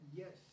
yes